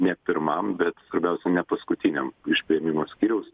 ne pirmam bet svarbiausia ne paskutiniam iš priėmimo skyriaus